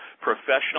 professional